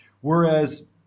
whereas